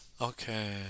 Okay